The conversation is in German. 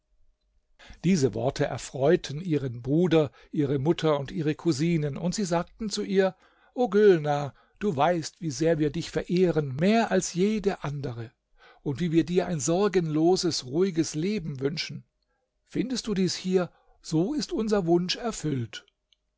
diese worte erfreuten ihren bruder ihre mutter und ihre cousinen und sie sagten zu ihr o gülnar du weißt wie sehr wir dich verehren mehr als jeden andere und wie wir dir ein sorgenloses ruhiges leben wünschen findest du dies hier so ist unser wunsch erfüllt